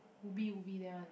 ubi ubi there one